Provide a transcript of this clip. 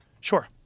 Sure